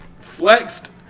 flexed